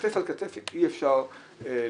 שכתף אל כתף אי אפשר להפלות.